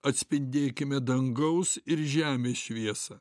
atspindėkime dangaus ir žemės šviesą